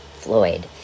floyd